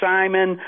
Simon